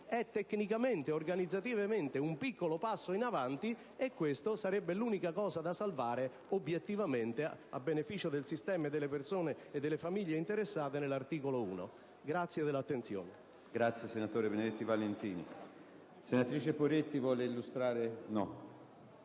è tecnicamente ed organizzativamente un piccolo passo in avanti, e questa sarebbe l'unica cosa da salvare, obiettivamente a beneficio del sistema e delle persone e delle famiglie interessate, nell'articolo 1. *(Applausi dei